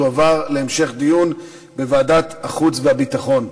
תועבר להמשך דיון בוועדת החוץ והביטחון.